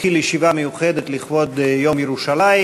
תתחיל ישיבה מיוחדת לכבוד יום ירושלים